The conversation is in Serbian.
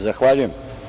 Zahvaljujem.